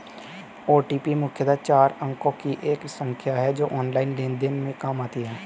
OTP मुख्यतः चार अंकों की एक संख्या है जो ऑनलाइन लेन देन में काम आती है